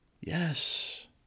Yes